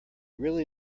really